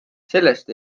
sellest